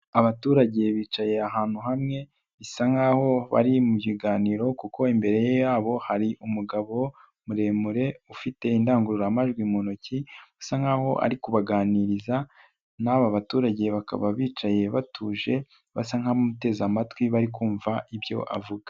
Abaturage bicaye ahantu hamwe bisa nkaho bari mu biganiro kuko imbere yabo hari umugabo muremure ufite indangururamajwi mu ntoki, usa nkaho ari kubaganiriza n'aba baturage bakaba bicaye batuje basa nk'abamuteze amatwi bari kumva ibyo avuga.